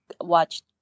watch